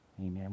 Amen